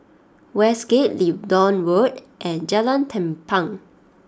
Westgate Leedon Road and Jalan Tampang